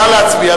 נא להצביע.